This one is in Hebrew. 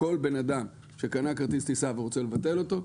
שכל בן אדם שקנה כרטיס טיסה ורוצה לבטל אותו,